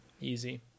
easy